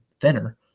thinner